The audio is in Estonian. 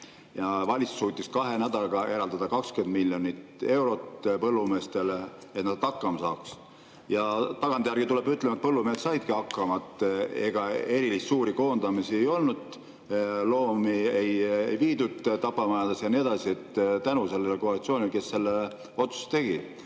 ja valitsus suutis kahe nädalaga eraldada 20 miljonit eurot põllumeestele, et nad hakkama saaksid. Ja tagantjärgi tuleb ütleda, et põllumehed saidki hakkama, erilisi suuri koondamisi ei olnud, loomi ei viidud tapamajadesse ja nii edasi. Kõik tänu sellele koalitsioonile, kes selle otsuse tegi. Aga